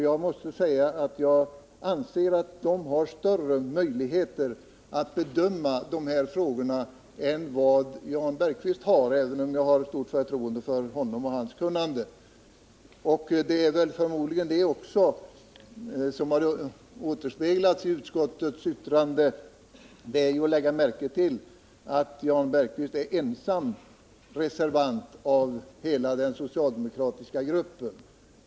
Jag måste säga att jag anser att de har större möjligheter att bedöma dessa frågor än vad Jan Bergqvist har, även om jag har stort förtroende för honom och hans kunnande. Det är förmodligen också denna synpunkt som har återspeglats i utskottets betänkande. Man bör lägga märke till att Jan Bergqvist är ensam reservant i hela den socialdemokratiska gruppen.